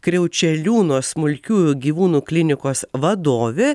kriaučeliūno smulkiųjų gyvūnų klinikos vadovė